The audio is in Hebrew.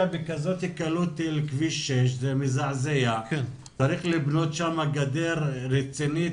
בכזו קלות לכביש 6. צריך לבנות שם גדר רצינית,